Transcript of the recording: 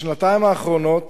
בשנתיים האחרונות